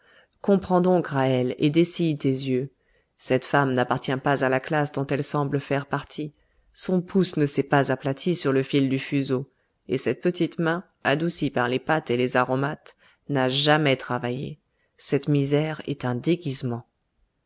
comprends donc ra'hel et dessille tes yeux cette femme n'appartient pas à la classe dont elle semble faire partie son pouce ne s'est pas aplati sur le fil du fuseau et cette petite main adoucie par les pâtes et les aromates n'a jamais travaillé cette misère est un déguisement